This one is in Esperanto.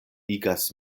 igas